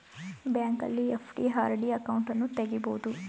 ಬ್ಯಾಂಕಲ್ಲಿ FD, RD ಅಕೌಂಟನ್ನು ತಗಿಬೋದು